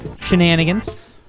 shenanigans